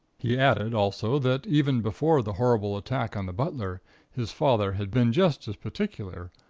he added, also, that even before the horrible attack on the butler his father had been just as particular,